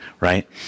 right